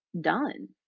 done